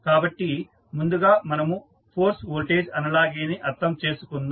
కాబట్టి ముందుగా మనము ఫోర్స్ వోల్టేజ్ అనాలజీని అర్థం చేసుకుందాం